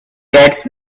gets